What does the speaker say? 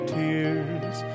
tears